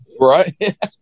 Right